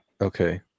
okay